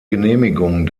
genehmigung